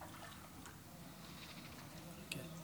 כנסת